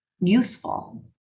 useful